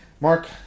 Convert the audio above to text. Mark